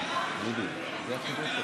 אתה יודע, דודי, אל תהיה דמגוג,